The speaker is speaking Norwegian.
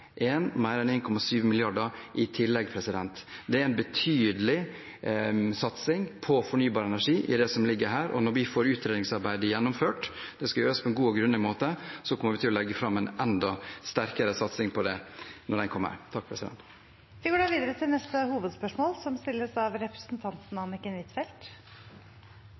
mer enn 1,7 mrd. kr i tillegg. Det er en betydelig satsing på fornybar energi i det som ligger her, og når vi får gjennomført utredningsarbeidet, og det skal gjøres på en god og grundig måte, kommer vi til å legge fram en enda sterkere satsing på det – når det kommer. Vi går da til neste hovedspørsmål.